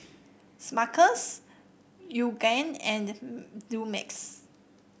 Smuckers Yoogane and the Dumex